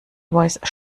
voice